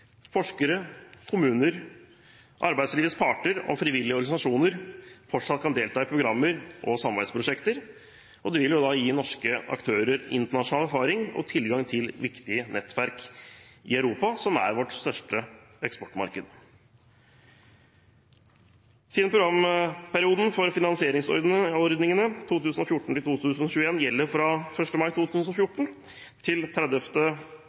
forskere, kommuner, arbeidslivets parter og frivillige organisasjoner fortsatt kan delta i programmer og samarbeidsprosjekter. Det vil gi norske aktører internasjonal erfaring og tilgang til viktige nettverk i Europa, som er vårt største eksportmarked. Siden programperioden for finansieringsordningene 2014–2021 gjelder fra 1. mai 2014 til